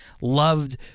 loved